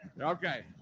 Okay